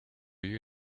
you